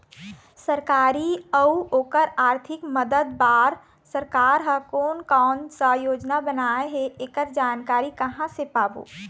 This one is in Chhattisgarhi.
सरकारी अउ ओकर आरथिक मदद बार सरकार हा कोन कौन सा योजना बनाए हे ऐकर जानकारी कहां से पाबो?